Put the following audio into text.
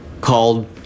called